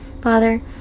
Father